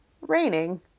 raining